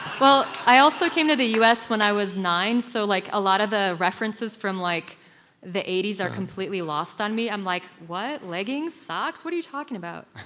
well, i also came to the us when i was nine, so like a lot of the references from like the eighty s are completely lost on me. i'm like, what, leggings, socks, what are you talking about?